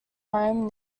home